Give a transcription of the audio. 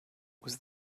was